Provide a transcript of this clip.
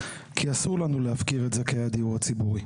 כי אסור לנו להפקיר את זכאי הדיור הציבורי.